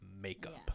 makeup